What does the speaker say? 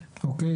אוקיי?